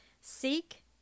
Seek